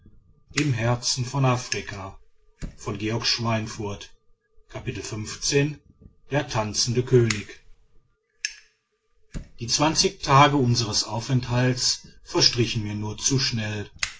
der tanzende könig die zwanzig tage unsers aufenthalts verstrichen mir nur zu schnell